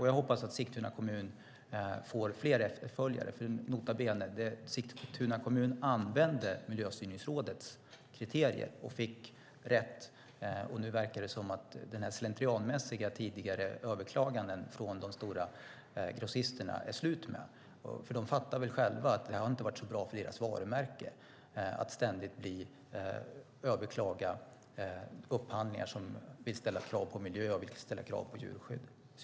Jag hoppas att Sigtuna kommun får efterföljare, för nota bene, de använde Miljöstyrningsrådets kriterier och fick rätt, och nu verkar det som att det är slut med de tidigare rutinmässiga överklagandena från de stora grossisterna. De fattar väl själva att det inte har varit så bra för deras varumärken att ständigt överklaga upphandlingar som vill ställa krav på miljö och djurskydd.